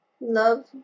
love